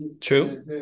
true